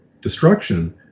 destruction